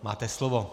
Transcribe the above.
Máte slovo.